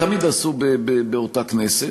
תמיד עשו באותה כנסת.